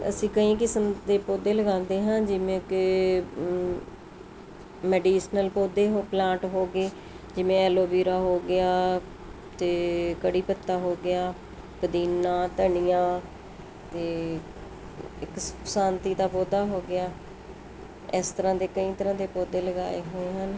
ਅਸੀਂ ਕਈ ਕਿਸਮ ਦੇ ਪੌਦੇ ਲਗਾਉਂਦੇ ਹਾਂ ਜਿਵੇਂ ਕਿ ਮੈਡੀਸ਼ਨਲ ਪੌਦੇ ਹੋ ਪਲਾਂਟ ਹੋ ਗਏ ਜਿਵੇਂ ਐਲੋ ਵੀਰਾ ਹੋ ਗਿਆ ਅਤੇ ਕੜ੍ਹੀ ਪੱਤਾ ਹੋ ਗਿਆ ਪੁਦੀਨਾ ਧਨੀਆ ਅਤੇ ਇੱਕ ਸ਼ਾਂਤੀ ਦਾ ਪੌਦਾ ਹੋ ਗਿਆ ਇਸ ਤਰ੍ਹਾਂ ਦੇ ਕਈ ਤਰ੍ਹਾਂ ਦੇ ਪੌਦੇ ਲਗਾਏ ਹੋਏ ਹਨ